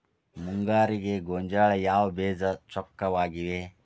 ಮುಂಗಾರಿಗೆ ಗೋಂಜಾಳ ಯಾವ ಬೇಜ ಚೊಕ್ಕವಾಗಿವೆ?